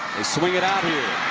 swing it out here.